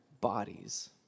bodies